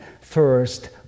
first